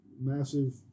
massive